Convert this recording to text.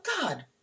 God